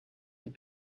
have